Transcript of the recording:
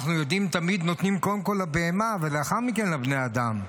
אנחנו יודעים תמיד שנותנים קודם כול לבהמה ולאחר מכן לבני האדם.